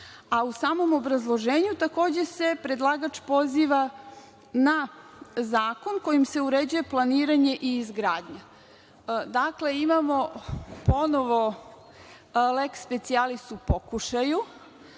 U samom obrazloženju, takođe, predlagač se poziva na zakon kojim se uređuje planiranje i izgradnja. Dakle, imamo ponovo leks specijalis u pokušaju. Dobro